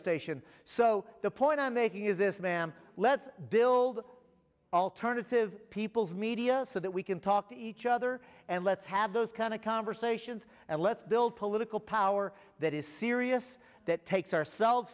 station so the point i'm making is this ma'am let's build alternative people's media so that we can talk to each other and let's have those kind of conversations and let's build political power that is serious that takes ourselves